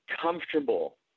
comfortable